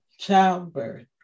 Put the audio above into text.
childbirth